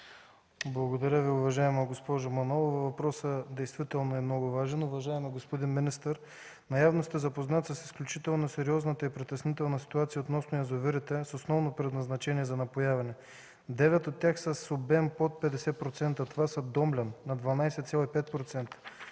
Благодаря Ви, уважаема госпожо Манолова, въпросът действително е много важен. Уважаеми господин министър, явно сте запознат с изключително сериозната и притеснителна ситуация относно язовирите с основно предназначение за напояване. Девет от тях са с обем под 50%. Това са: „Домлян” – на 12,5%;